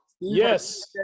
Yes